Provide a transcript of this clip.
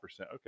okay